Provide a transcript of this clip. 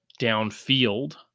downfield